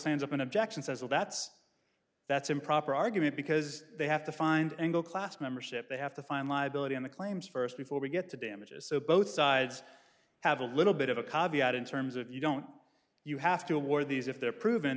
stands up an objection says well that's that's improper argument because they have to find engle class membership they have to find liability on the claims first before we get to damages so both sides have a little bit of a coffee out in terms of you don't you have to award these if they're proven